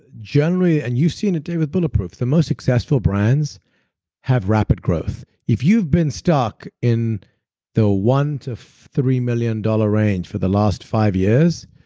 generally, and you've seen it, dave, with bulletproof, the most successful brands have rapid growth. if you've been stuck in the one to three million dollar range for the last five years,